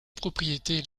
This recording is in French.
propriétés